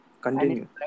continue